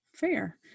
Fair